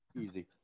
easy